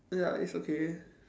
ya it's okay